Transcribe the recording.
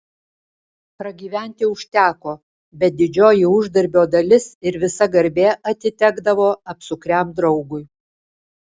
pragyventi užteko bet didžioji uždarbio dalis ir visa garbė atitekdavo apsukriam draugui